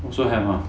also have ah